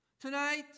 Tonight